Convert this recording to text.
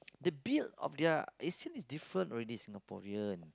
the build of their Asian is different already Singaporean